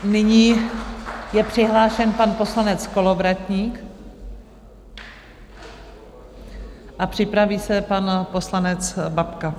Nyní je přihlášen pan poslanec Kolovratník a připraví se pan poslanec Babka.